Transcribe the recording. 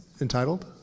entitled